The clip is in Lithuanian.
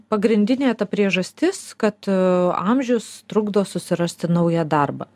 pagrindinė ta priežastis kad amžius trukdo susirasti naują darbą